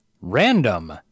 random